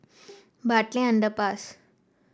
Bartley Underpass